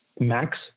max